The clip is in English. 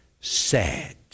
sad